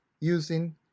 using